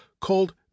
called